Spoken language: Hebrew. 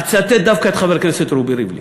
אצטט דווקא את חבר הכנסת רובי ריבלין,